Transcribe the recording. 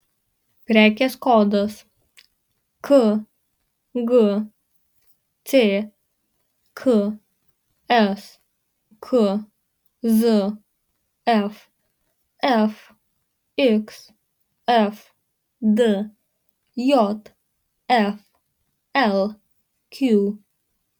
prekės kodas kgck skzf fxfd jflq